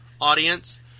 audience